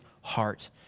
heart